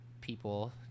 people